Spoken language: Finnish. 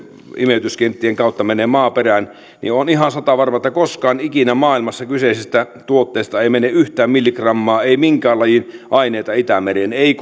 imeytyskenttien kautta menee maaperään niin olen ihan satavarma että koskaan ikinä maailmassa kyseisestä tuotteesta ei mene yhtään milligrammaa ei minkään lajin aineita itämereen ei